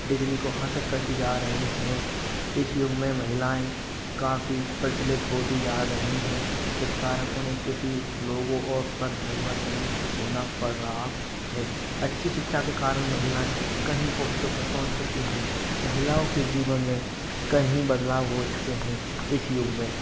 degree को हासिल करती जा रही है इस युग में महिलाएँ काफ़ी प्रचलित होती जा रही हैं इस कारण उन्हें किसी लोगों और पर निर्भर नहीं होना पड़ रहा है अच्छी शिक्षा के कारण महिलाएँ कई पोस्टों पर पहुँच चुकी हैं महिलाओं के जीवन में कई बदलाव हो चुके हैं इस युग में